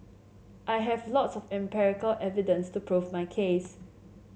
I have lots of empirical evidence to prove my case